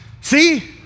see